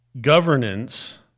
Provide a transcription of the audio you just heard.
governance